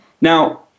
Now